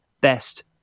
best